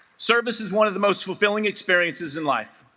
service is one of the most fulfilling experiences in life